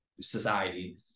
society